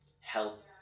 help